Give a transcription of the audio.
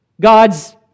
God's